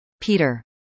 Peter